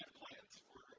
and plans